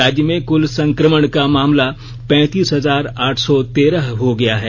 राज्य में कुल संक्रमण का मामला पैंतीस हजार आठ सौ तेरह हो गया है